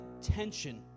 tension